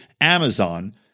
Amazon